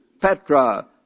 Petra